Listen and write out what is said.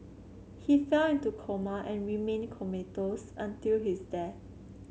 he fell into coma and remained comatose until his death